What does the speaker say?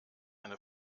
eine